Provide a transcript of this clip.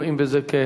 רואים בזה,